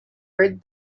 read